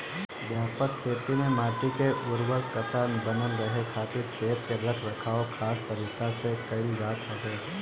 व्यापक खेती में माटी के उर्वरकता बनल रहे खातिर खेत के रख रखाव खास तरीका से कईल जात हवे